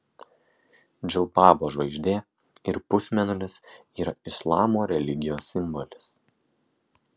džilbabo žvaigždė ir pusmėnulis yra islamo religijos simbolis